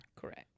Correct